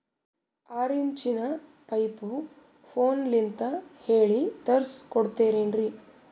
ಆರಿಂಚಿನ ಪೈಪು ಫೋನಲಿಂದ ಹೇಳಿ ತರ್ಸ ಕೊಡ್ತಿರೇನ್ರಿ?